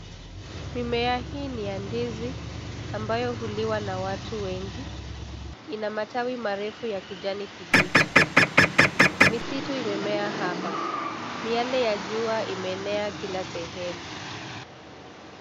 Mimea hii ni ya ndizi ambayo huliwa na watu wengi, ina matawi marefu ya kijani kibichi. Misitu imemea hapa. Miale ya jua imeeenea kila sehemu.